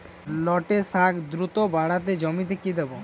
লটে শাখ দ্রুত বাড়াতে জমিতে কি দেবো?